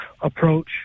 approach